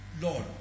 Lord